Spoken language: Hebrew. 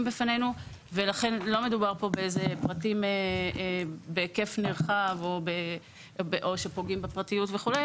בפנינו ולכן לא מדובר כאן בפרטים בהיקף נרחב או שפוגעים בפרטיות וכולי.